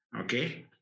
okay